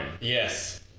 Yes